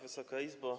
Wysoka Izbo!